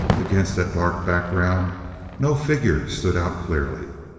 against that dark background no figure stood out clearly.